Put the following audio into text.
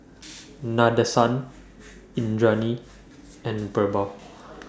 Nadesan Indranee and Birbal